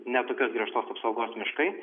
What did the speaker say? ne tokios griežtos apsaugos miškai